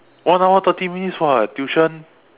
one hour thirty minutes [what] tuition